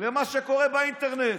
למה שקורה באינטרנט.